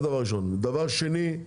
דבר שני,